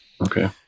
Okay